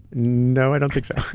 no, i don't think so